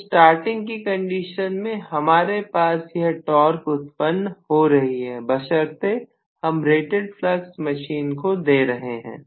तो स्टार्टिंग की कंडीशन में हमारे पास यह टॉर्क उत्पन्न हो रही है बशर्ते हम रेटेड फ्लक्स मशीन को दे रहे हैं